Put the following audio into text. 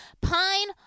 Pine